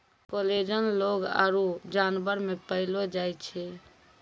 collagen लोग आरु जानवर मे पैलो जाय छै